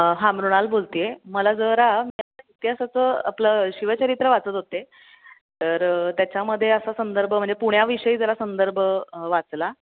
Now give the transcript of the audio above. हा मृणाल बोलते आहे मला जरा मी इतिहासाचं आपलं शिवचरित्र वाचत होते तर त्याच्यामध्ये असा संदर्भ म्हणजे पुण्याविषयी जरा संदर्भ वाचला